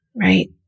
right